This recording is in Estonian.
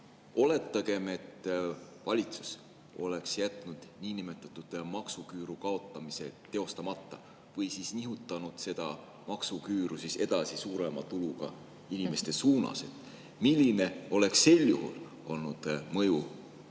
Oletagem, et valitsus oleks jätnud niinimetatud maksuküüru kaotamise teostamata või nihutanud maksuküüru edasi suurema tuluga inimeste suunas, siis milline oleks sel juhul olnud mõju